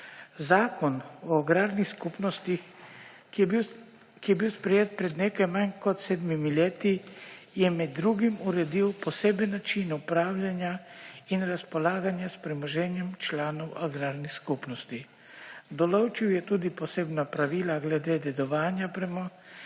Zakon o agrarnih skupnostih, ki je bil sprejet pred nekaj manj kot sedmimi leti, je med drugim uredil poseben način upravljanja in razpolaganja s premoženjem članov agrarne skupnosti. Določil je tudi posebna pravila glede dedovanja premoženja